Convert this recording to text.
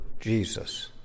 Jesus